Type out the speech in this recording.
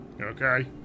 okay